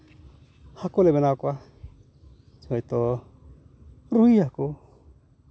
ᱦᱟᱹᱠᱩ ᱞᱮ ᱵᱮᱱᱟᱣ ᱠᱚᱣᱟ ᱦᱳᱭᱛᱳ ᱨᱩᱭ ᱦᱟᱹᱠᱩ